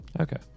okay